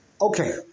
Okay